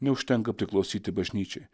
neužtenka priklausyti bažnyčiai